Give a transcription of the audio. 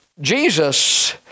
Jesus